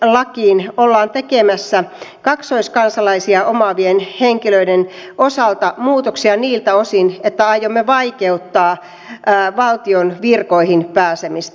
valtion virkamieslakiin ollaan tekemässä kaksoiskansalaisuuden omaavien henkilöiden osalta muutoksia niiltä osin että aiomme vaikeuttaa valtion virkoihin pääsemistä